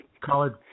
college